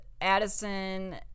Addison